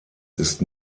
ist